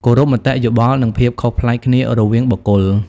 គោរពមតិយោបល់ និងភាពខុសប្លែកគ្នារវាងបុគ្គល។